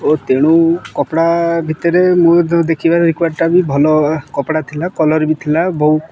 ଓ ତେଣୁ କପଡ଼ା ଭିତରେ ମୁଁ ଦେଖିବା ରିକ୍ୱୟାର୍ଟା ବି ଭଲ କପଡ଼ା ଥିଲା କଲର୍ ବି ଥିଲା ବହୁ